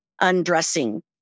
undressing